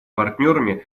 партнерами